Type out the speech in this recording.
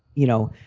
you know,